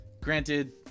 Granted